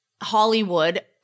Hollywood